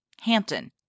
Hampton